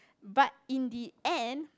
but in the end